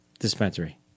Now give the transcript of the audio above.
dispensary